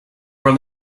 from